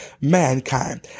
mankind